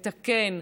מתקן.